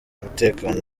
umutekano